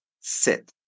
sit